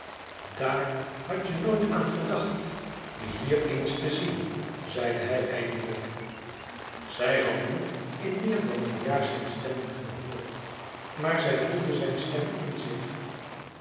daar hadt je nooit aan gedacht me hier eens te zien zei hij eindelijk zij had nu in meer dan een jaar zijn stem niet gehoord maar zij voelde zijn stem in zich